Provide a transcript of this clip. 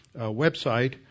website